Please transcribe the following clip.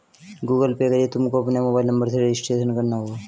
Google pay के लिए तुमको अपने मोबाईल नंबर से रजिस्टर करना होगा